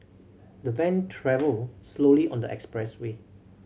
the van travelled slowly on the expressway